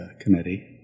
Committee